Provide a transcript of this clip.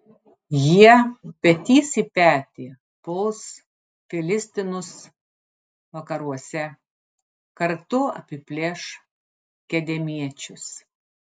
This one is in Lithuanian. jie petys į petį puls filistinus vakaruose kartu apiplėš kedemiečius